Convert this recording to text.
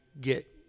get